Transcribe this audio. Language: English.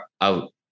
out